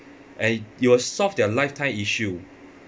and you'll solve their lifetime issue